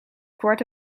kwart